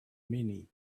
many